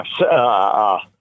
Yes